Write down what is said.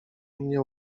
mnie